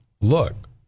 look